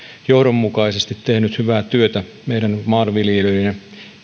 johdonmukaisesti tehnyt hyvää työtä meidän maanviljelijöiden